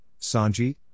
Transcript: Sanji